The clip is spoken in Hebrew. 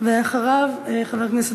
ועדת הכנסת